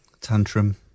Tantrum